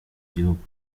gihugu